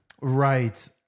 Right